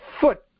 foot